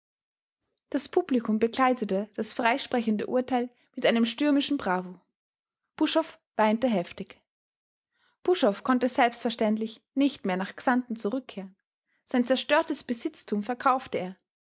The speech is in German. das publikum begleitete das freisprechende urteil mit einem stürmischen bravo buschhoff weinte heftig buschhoff konnte selbstverständlich nicht mehr nach xanten zurückkehren sein zerstörtes besitztum verkaufte er